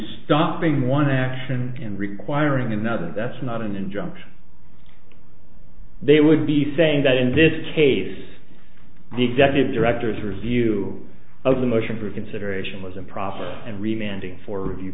stopping one action and requiring another that's not an injunction they would be saying that in this case the executive directors review of the motion for reconsideration was improper and reminding for